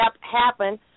happen